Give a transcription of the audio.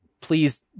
Please